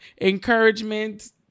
encouragement